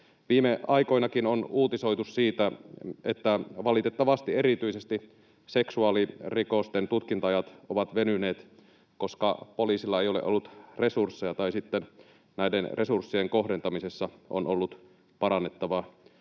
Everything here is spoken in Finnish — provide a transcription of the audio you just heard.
Viime aikoinakin on uutisoitu siitä, että valitettavasti erityisesti seksuaalirikosten tutkinta-ajat ovat venyneet, koska poliisilla ei ole ollut resursseja tai sitten näiden resurssien kohdentamisessa on ollut parannettavaa.